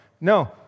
No